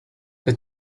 the